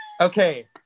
Okay